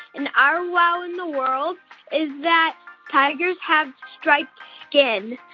and our wow in the world is that tigers have striped skin,